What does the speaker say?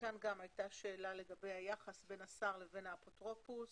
כאן הייתה שאלה לגבי היחס בין השר לבין האפוטרופוס.